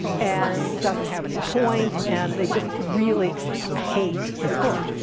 and doesn't have any point, and they just really hate this book.